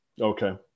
Okay